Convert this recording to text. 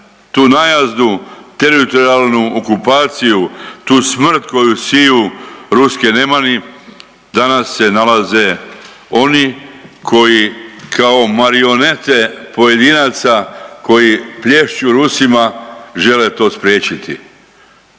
tu najezdu, teritorijalnu okupaciju, tu smrt koju siju ruske nemani danas se nalaze oni koji kao marionete pojedinaca koji plješću Rusima žele to spriječiti.